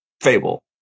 fable